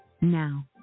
Now